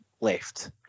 left